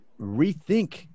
rethink